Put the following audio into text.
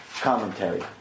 commentary